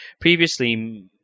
Previously